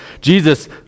Jesus